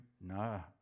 No